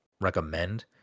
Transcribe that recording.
recommend